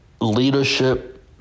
leadership